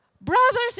brothers